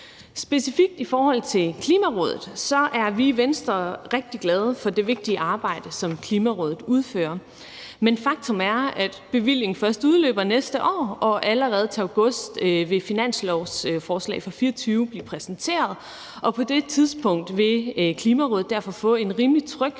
Specifikt i forhold til Klimarådet er vi i Venstre rigtig glade for det vigtige arbejde, som Klimarådet udfører. Men faktum er, at bevillingen først udløber næste år, og allerede til august vil finanslovsforslaget for 2024 blive præsenteret, og på det tidspunkt vil Klimarådet derfor få en rimelig tryghed